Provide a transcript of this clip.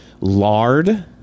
lard